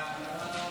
ההצעה לעביר